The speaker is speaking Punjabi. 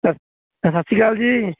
ਸਤਿ ਅ ਸਤਿ ਸ਼੍ਰੀ ਅਕਾਲ ਜੀ